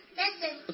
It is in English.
listen